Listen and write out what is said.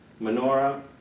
menorah